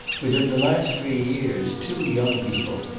within the last three years two young people,